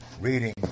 reading